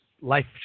Life